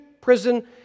prison